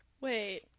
Wait